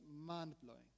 mind-blowing